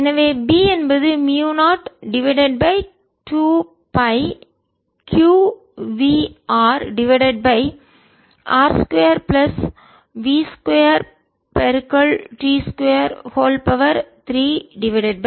எனவே B என்பது மியூ0 divided by 2 pi q v R divided by R 2 plus v 2 t 2 32